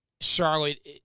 Charlotte